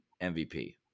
MVP